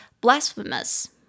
blasphemous